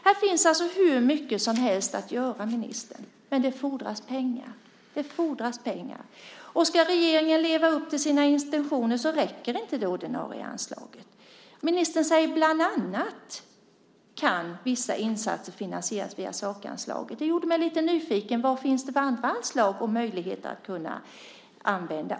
Här finns alltså hur mycket som helst att göra, ministern. Men det fordras pengar, och ska regeringen leva upp till sina intentioner räcker inte det ordinarie anslaget. Ministern säger att bland annat kan vissa insatser finansieras via sakanslaget. Det gjorde mig lite nyfiken. Vad finns det för andra anslag och möjligheter att kunna använda?